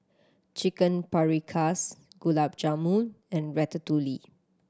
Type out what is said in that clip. Chicken Paprikas Gulab Jamun and Ratatouille